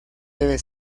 debe